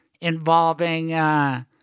involving—